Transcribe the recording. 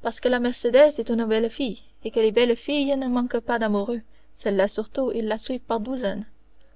parce que la mercédès est une belle fille et que les belles filles ne manquent pas d'amoureux celle-là surtout ils la suivent par douzaines